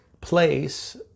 place